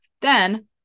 Then-